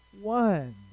one